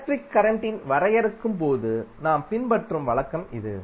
electric கரண்டை வரையறுக்கும்போது நாம் பின்பற்றும் வழக்கம் இது